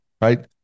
right